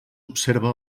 observa